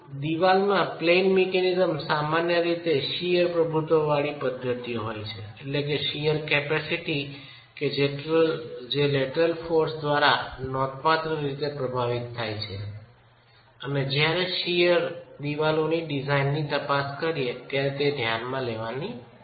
ચણતરમાં plane mechanism સામાન્ય રીતે shear પ્રભુત્વવાળી પદ્ધતિઓ હોય છે શીયર કેપેસિટી કે જે લેટરલ ફોર્સ દ્વારા નોંધપાત્ર રીતે પ્રભાવિત થાય છે અને જ્યારે શીયર દિવાલોની ડિઝાઇનની તપાસ કરીએ ત્યારે તે ધ્યાનમાં લેવાની જરૂર છે